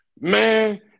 Man